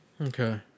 Okay